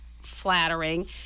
flattering